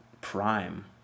prime